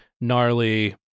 gnarly